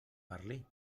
parli